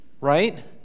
right